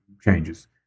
changes